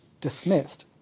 dismissed